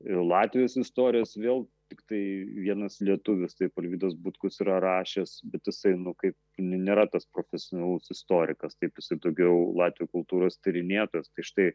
ir latvijos istorijos vėl tiktai vienas lietuvis taip alvydas butkus yra rašęs bet jisai kaip nėra tas profesionalus istorikas taip jisai daugiau latvių kultūros tyrinėtojas tai štai